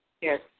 Yes